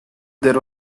there